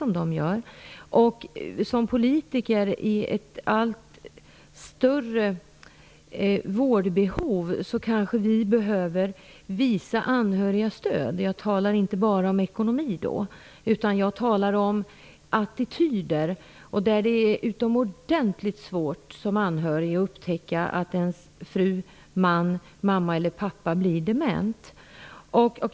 Som politiker i ett läge med ett allt större vårdbehov tycker jag att vi behöver visa stöd för de anhöriga. Då talar jag inte bara om ekonomi utan också om attityder. Det är utomordentligt svårt att som anhörig upptäcka att ens fru, man, mamma eller pappa blir dement.